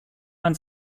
man